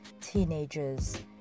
teenagers